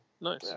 Nice